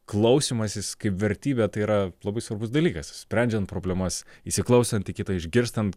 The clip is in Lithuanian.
klausymasis kaip vertybė tai yra labai svarbus dalykas sprendžiant problemas įsiklausant į kitą išgirstant